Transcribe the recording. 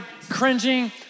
cringing